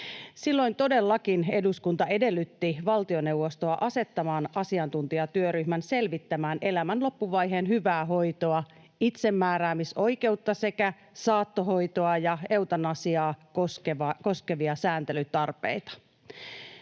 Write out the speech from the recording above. Silloin todellakin eduskunta edellytti valtioneuvostoa asettamaan asiantuntijatyöryhmän selvittämään elämän loppuvaiheen hyvää hoitoa, itsemääräämisoikeutta sekä saattohoitoa ja eutanasiaa koskevia sääntelytarpeita.